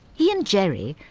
he and jerry,